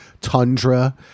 tundra